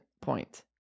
point